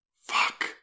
Fuck